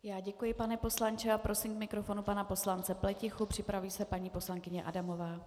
Já děkuji, pane poslanče, a prosím k mikrofonu pana poslance Pletichu, připraví se paní poslankyně Adamová.